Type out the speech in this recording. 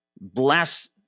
bless